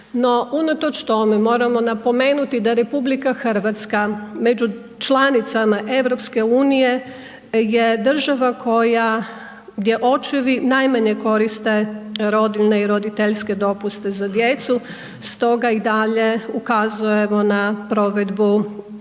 unatoč tome, moramo napomenuti da RH među članicama EU je država koja gdje očevi najmanje koriste rodiljne i roditeljske dopuste za djecu, stoga i dalje ukazujemo na provedbu pozitivnih